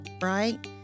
right